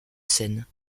seine